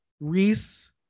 Reese